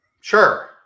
Sure